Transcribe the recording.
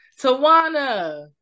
Tawana